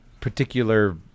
particular